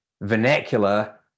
vernacular